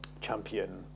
champion